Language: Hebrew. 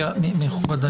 רגע, מכובדיי,